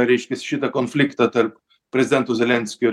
reiškias šitą konfliktą tarp prezidento zelenskio